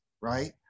right